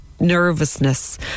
nervousness